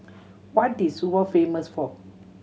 what is Suva famous for